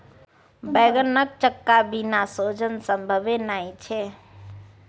बैंगनक चक्का बिना सोजन संभवे नहि छै